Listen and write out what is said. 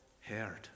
heard